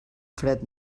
fred